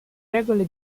regole